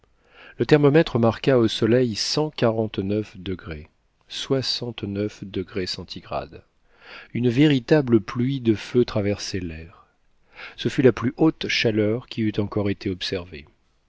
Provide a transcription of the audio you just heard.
le thermomètre marqua au soleil cent quarante-neuf degrés une véritable pluie de feu traversait l'air ce fut la plus haute chaleur qui eut encore été observée